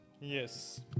Yes